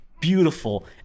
beautiful